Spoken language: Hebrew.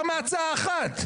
יותר מהצעה אחת.